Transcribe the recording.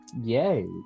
Yay